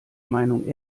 meinung